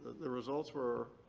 the results were